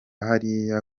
hariya